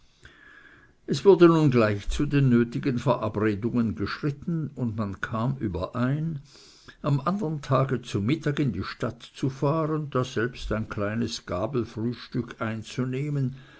es wurde nun gleich zu den nötigen verabredungen geschritten und man kam überein am anderen tage zu mittag in die stadt zu fahren daselbst ein kleines gabelfrühstück einzunehmen